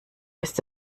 ist